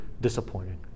disappointing